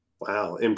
wow